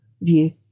view